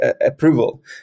approval